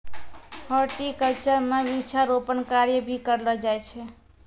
horticulture म वृक्षारोपण कार्य भी करलो जाय छै